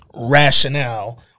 Rationale